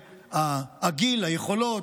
הגיל והיכולות,